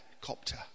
copter